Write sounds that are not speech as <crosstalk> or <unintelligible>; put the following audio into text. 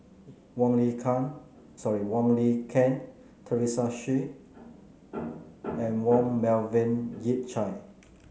Wong Lin <unintelligible> sorry Wong Lin Ken Teresa Hsu and Yong Melvin Yik Chye